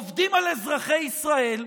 עובדים על אזרחי ישראל,